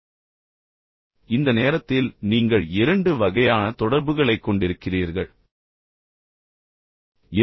வெளிப்படையாகக் குறிப்பிடாமல் இந்த நேரத்தில் நீங்கள் இரண்டு வகையான தொடர்புகளைக் கொண்டிருக்கிறீர்கள் என்பதை நீங்கள் புரிந்து கொள்ள வேண்டும்